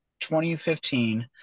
2015